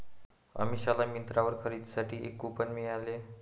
अमिषाला मिंत्रावर खरेदीसाठी एक कूपन मिळाले